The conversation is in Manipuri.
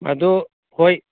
ꯑꯗꯣ ꯍꯣꯏ